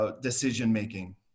decision-making